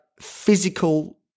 physical